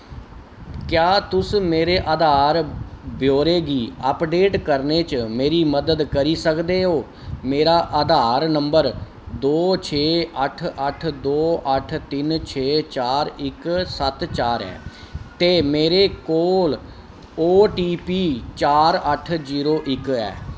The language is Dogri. क्या तुस मेरे आधार ब्यौरे गी अपडेट करने च मेरी मदद करी सकदे ओ मेरा आधार नंबर दो छे अट्ठ अट्ठ दो अट्ठ तिन छे चार इक सत्त चार ऐ ते मेरे कोल ओ टी पी चार अट्ठ जीरो इक ऐ